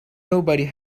nobody